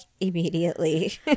immediately